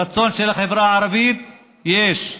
רצון של החברה הערבית, יש,